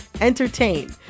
entertain